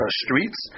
streets